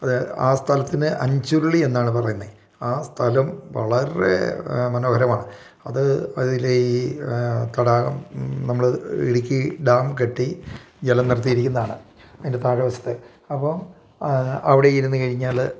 അത് ആ സ്ഥലത്തിന് അഞ്ചുരുളി എന്നാണ് പറയുന്നത് ആ സ്ഥലം വളരെ മനോഹരമാണ് അത് അതിലെ ഈ തടാകം നമ്മൾ ഇടുക്കി ഡാം കെട്ടി ജലം നിർത്തിയിരിക്കുന്നത് ആണ് അതിൻ്റെ താഴ് വശത്തെ അപ്പം അവിടെ ഇരിന്ന് കഴിഞ്ഞാൽ